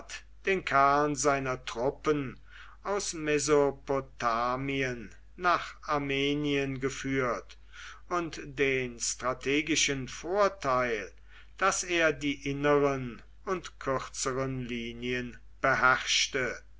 den kern seiner truppen aus mesopotamien nach armenien geführt und den strategischen vorteil daß er die inneren und kürzeren linien beherrschte